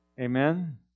Amen